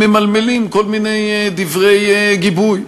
ממלמלים כל מיני דברי גיבוי.